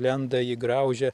lenda jį graužia